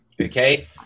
okay